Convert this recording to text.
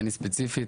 אני ספציפית,